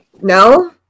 No